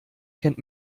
kennt